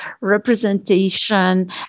representation